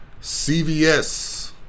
CVS